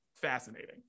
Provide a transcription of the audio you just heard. fascinating